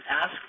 ask